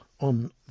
on